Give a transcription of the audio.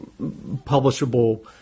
publishable